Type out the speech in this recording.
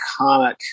iconic